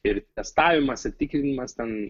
ir testavimas ir tikrinimas ten